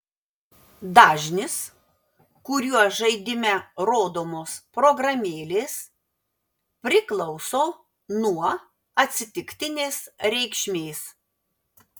dažnis kuriuo žaidime rodomos programėlės priklauso nuo atsitiktinės reikšmės